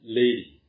lady